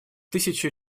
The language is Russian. тысячи